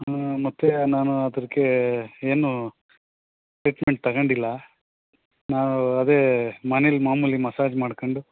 ಹ್ಞೂ ಮತ್ತೆ ನಾನು ಅದಿಕ್ಕೆ ಏನೂ ಟ್ರೀಟ್ಮೆಂಟ್ ತಗೊಂಡಿಲ್ಲ ನಾವು ಅದೆ ಮನೇಲಿ ಮಾಮೂಲಿ ಮಸಾಜ್ ಮಾಡ್ಕೊಂಡು